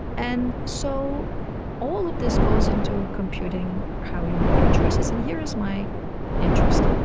and so all of this goes into computing how you make your choices and here is my interest.